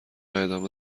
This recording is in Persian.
ادامه